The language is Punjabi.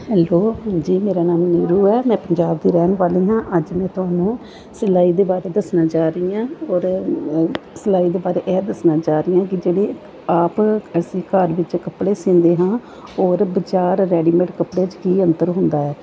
ਹੈਲੋ ਹਾਂਜੀ ਮੇਰਾ ਨਾਮ ਨੀਰੂ ਹੈ ਮੈਂ ਪੰਜਾਬ ਦੀ ਰਹਿਣ ਵਾਲੀ ਹਾਂ ਅੱਜ ਮੈਂ ਤੁਹਾਨੂੰ ਸਿਲਾਈ ਦੇ ਬਾਰੇ ਦੱਸਣ ਜਾ ਰਹੀ ਹਾਂ ਔਰ ਸਿਲਾਈ ਦੇ ਬਾਰੇ ਇਹ ਦੱਸਣ ਜਾ ਰਹੀ ਹਾਂ ਕਿ ਜਿਹੜੀ ਆਪ ਅਸੀਂ ਘਰ ਵਿੱਚ ਕੱਪੜੇ ਸਿਉਂਦੇ ਹਾਂ ਔਰ ਬਾਜ਼ਾਰ ਰੈਡੀਮੇਟ ਕੱਪੜੇ 'ਚ ਕੀ ਅੰਤਰ ਹੁੰਦਾ ਹੈ